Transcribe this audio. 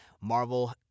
Marvel